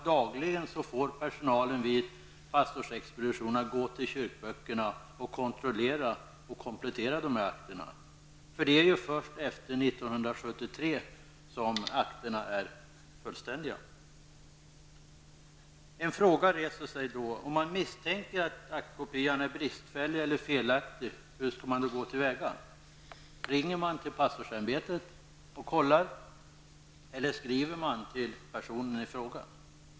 Dagligen får personalen vid pastorsexpeditionerna gå till kyrkböckerna för att kontrollera och komplettera akterna. Det är ju endast de akter som kommit till efter 1973 som är fullständiga. En fråga reser sig: Om man misstänker att aktkopian är bristfällig eller felaktig, hur går man då till väga? Ringer man till pastorsämbetet och kontrollerar, eller skriver man till personen i fråga?